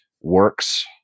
works